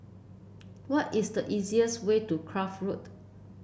what is the easiest way to Kloof Road